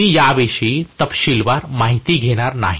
मी याविषयी तपशीलवार माहिती घेणार नाही